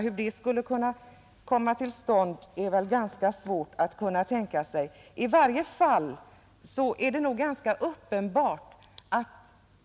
Hur det skulle kunna genomföras är väl ganska svårt att tänka sig.